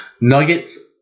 Nuggets